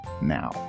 now